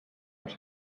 els